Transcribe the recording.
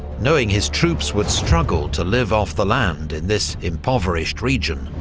knowing his troops would struggle to live off the land in this impoverished region,